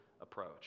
approach